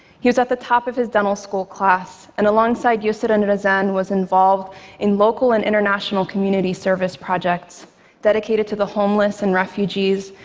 he was at the top of his dental school class, and alongside yusor and razan, was involved in local and international community service projects dedicated to the homeless and refugees,